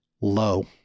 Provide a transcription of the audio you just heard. low